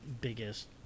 biggest